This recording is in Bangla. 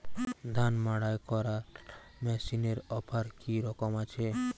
ধান মাড়াই করার মেশিনের অফার কী রকম আছে?